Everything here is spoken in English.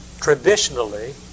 Traditionally